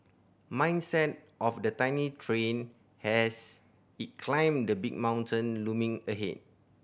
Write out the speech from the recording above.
mindset of the tiny train as it climbed the big mountain looming ahead